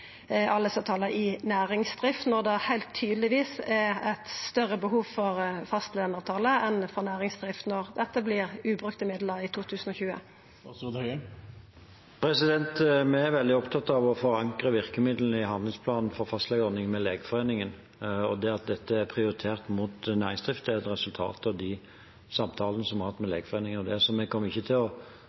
heilt tydeleg er eit større behov for fastlønsavtale enn for avtaler for næringsdrift, når dette vert ubrukte midlar i 2020. Vi er veldig opptatt av å forankre virkemidlene i handlingsplanen for fastlegeordning med Legeforeningen. At dette er prioritert mot næringsdrift, er et resultat av de samtalene vi har hatt med Legeforeningen, så vi kommer ikke